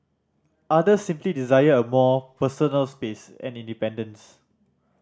others simply desire more personal space and independence